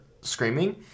screaming